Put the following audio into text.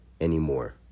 anymore